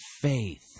faith